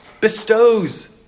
bestows